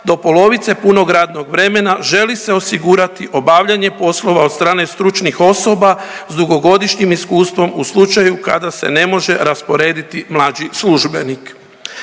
do polovice punog radnog vremena želi se osigurati obavljanje poslova od strane stručnih osoba s dugogodišnjim iskustvom u slučaju kada se ne može rasporediti mlađi službenik.